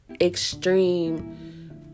extreme